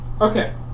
Okay